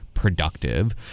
Productive